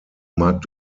mag